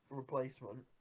replacement